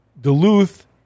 Duluth